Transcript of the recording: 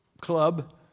club